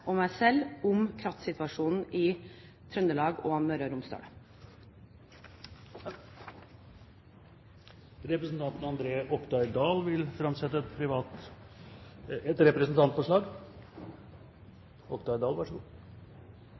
og meg selv om kraftsituasjonen i Trøndelag og Møre og Romsdal. Representanten André Oktay Dahl vil framsette et